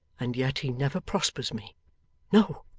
and yet he never prospers me no,